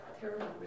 terrible